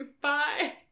bye